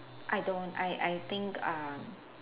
I don't I I think uh